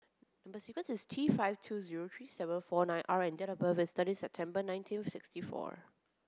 number sequence is T five two zero three seven four nine R and date of birth is thirteen September nineteen sixty four